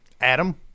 Adam